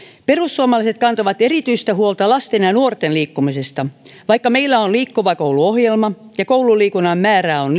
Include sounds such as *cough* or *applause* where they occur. perussuomalaiset kantavat erityistä huolta lasten ja nuorten liikkumisesta vaikka meillä on liikkuva koulu ohjelma ja koululiikunnan määrää on *unintelligible*